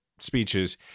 speeches